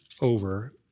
over